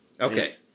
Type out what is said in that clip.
Okay